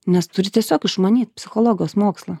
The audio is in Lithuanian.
nes turi tiesiog išmanyt psichologijos mokslą